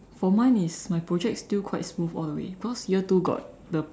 for mine is my project is still quite smooth all the way because year two got the